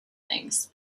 things